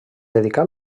dedicà